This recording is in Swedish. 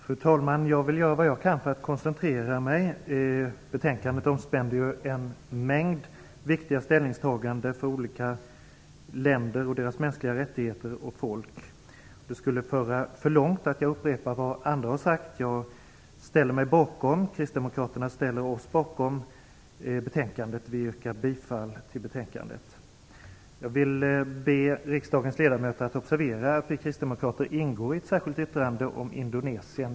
Fru talman! Jag vill göra vad jag kan för att koncentrera mitt anförande. Betänkandet omspänner en mängd viktiga ställningstaganden när det gäller olika länder, deras folk och de mänskliga rättigheterna. Det skulle föra för långt att upprepa vad andra har sagt. Vi kristdemokrater yrkar bifall till hemställan i betänkandet. Jag vill be riksdagens ledamöter observera att vi kristdemokrater ingår bland dem som står bakom ett särskilt yttrande om Indonesien.